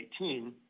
2018